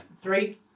Three